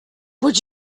would